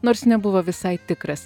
nors nebuvo visai tikras